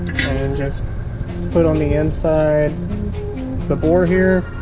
and just put on the inside the bore here